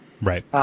Right